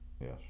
Yes